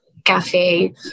cafe